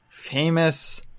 famous